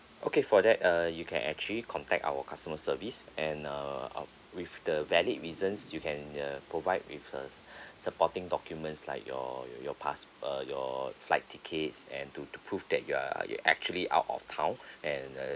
okay for that uh you can actually contact our customer service and err uh with the valid reasons you can uh provide with a supporting documents like your your pass~ uh your flight tickets and to to prove that you are you're actually out of town and uh